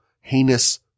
heinous